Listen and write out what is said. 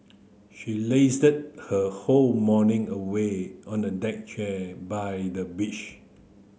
she lazed her whole morning away on a deck chair by the beach